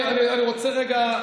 אני רוצה רגע,